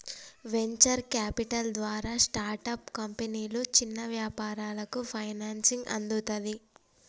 venture capital ద్వారా startup కంపెనీలు, చిన్న వ్యాపారాలకు ఫైనాన్సింగ్ అందుతది